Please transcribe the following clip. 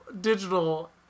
digital